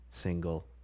single